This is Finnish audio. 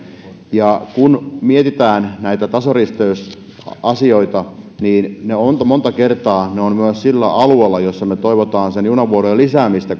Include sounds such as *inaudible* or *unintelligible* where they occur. ja kun mietitään näitä tasoristeysasioita niin tasoristeykset ovat monta kertaa myös sillä alueella jolla me toivomme niiden junavuorojen lisäämistä *unintelligible*